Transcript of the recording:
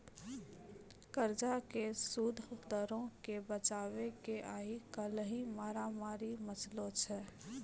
कर्जा के सूद दरो के बचाबै के आइ काल्हि मारामारी मचलो छै